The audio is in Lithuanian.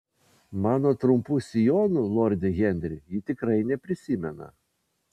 mano trumpų sijonų lorde henri ji tikrai neprisimena